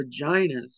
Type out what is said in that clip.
vaginas